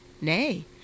Nay